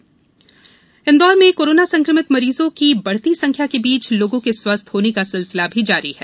corona राहत इंदौर में corona संक्रमित मरीजों की बढ़ती संख्या के बीच लोगों के स्वस्थ होने का सिलसिला भी जारी है